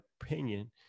opinion